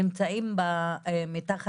נמצאים במדרגות